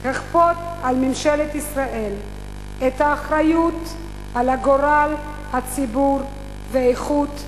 תכפה על ממשלת ישראל את האחריות לגורל הציבור ואיכות חייו.